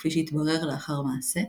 כפי שהתברר לאחר מעשה,